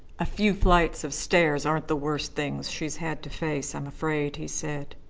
a few flights of stairs aren't the worst things she has had to face, i'm afraid, he said.